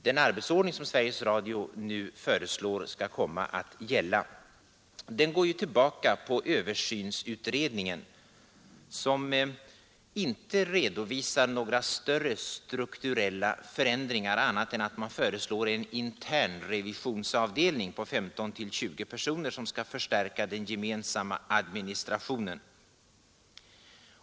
Den arbetsordning som Sveriges Radio nu föreslår skall komma att gälla går tillbaka på översynsutredningen, som inte redovisar några större strukturella förändringar annat än att man föreslår en internrevisionsavdelning på 15—20 personer, som skall förstärka den gemensamma administrationen.